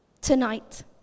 tonight